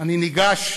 אני ניגש,